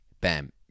Bam